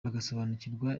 bagasobanukirwa